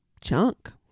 chunk